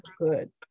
good